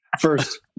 first